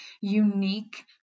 unique